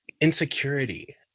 insecurity